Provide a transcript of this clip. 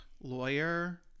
lawyer